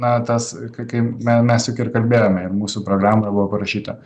na tas kai kai me mes juk ir kalbėjome ir mūsų programoje buvo parašyta